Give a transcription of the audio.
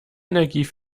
energie